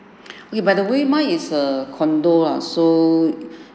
okay by the way mine is a condo ah so